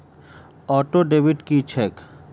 Auto debit की छैक?